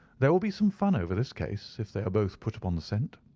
there will be some fun over this case if they are both put upon the scent.